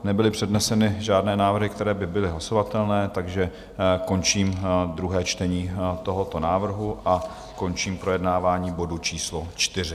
Nebyly předneseny žádné návrhy, které by byly hlasovatelné, takže končím druhé čtení tohoto návrhu a končím projednávání bodu číslo 4.